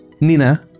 Nina